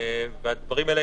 והדברים האלה,